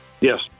Yes